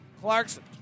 Clarkson